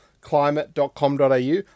climate.com.au